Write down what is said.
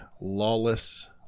lawless